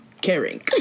caring